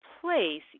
place